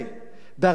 בארצות אחרות,